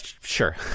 sure